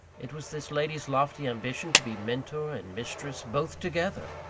it was this lady's lofty ambition to be mentor and mistress, both together!